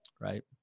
Right